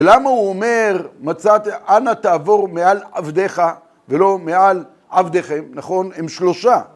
למה הוא אומר, אנה תעבור מעל עבדיך, ולא מעל עבדיכם, נכון? הם שלושה.